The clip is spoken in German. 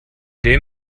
dem